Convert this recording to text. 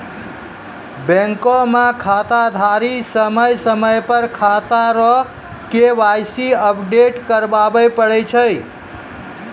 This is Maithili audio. बैंक मे खाताधारी समय समय पर खाता रो के.वाई.सी अपडेट कराबै पड़ै छै